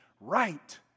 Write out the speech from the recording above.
right